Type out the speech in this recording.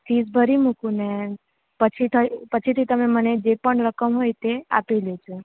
fees ભરી મૂકું ને પછી ત પછીથી તમે મને જે પણ રકમ હોય તે આપી દેજો